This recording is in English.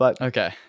Okay